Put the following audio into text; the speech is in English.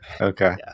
okay